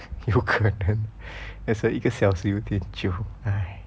有可能 that's why 一个小时有点久 !hais!